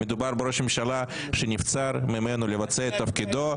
מדובר בראש ממשלה שנבצר ממנו לבצע את תפקידו,